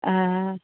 ಆ ಆ